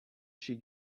she